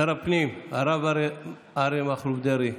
שר הפנים הרב אריה מכלוף דרעי,